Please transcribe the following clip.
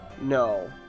No